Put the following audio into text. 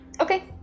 Okay